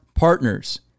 Partners